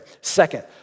Second